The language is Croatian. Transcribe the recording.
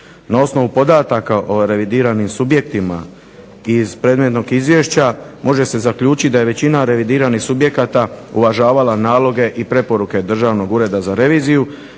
Na osnovu podataka o revidiranim subjektima iz predmetnog izvješća može se zaključiti da je većina revidiranih subjekata uvažavala naloge i preporuke Državnog ureda za reviziju